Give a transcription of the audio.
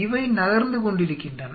இவை நகர்ந்து கொண்டிருக்கின்றன